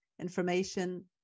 information